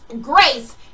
grace